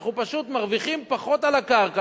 אנחנו פשוט מרוויחים פחות על הקרקע,